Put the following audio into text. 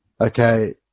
Okay